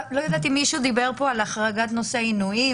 אני לא יודעת אם מישהו פה דיבר על נושא העינויים.